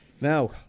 Now